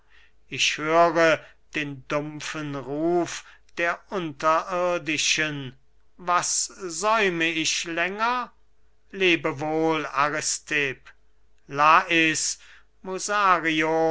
ich höre den dumpfen ruf der unterirdischen was säum ich länger lebe wohl aristipp lais